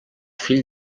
fill